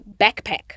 backpack